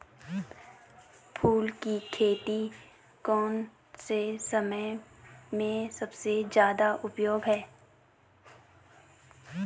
फूलों की खेती कौन से समय में सबसे ज़्यादा उपयुक्त है?